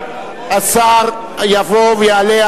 יבוא ויעלה,